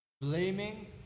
Blaming